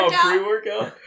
pre-workout